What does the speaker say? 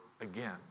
again